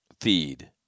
feed